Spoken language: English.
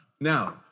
Now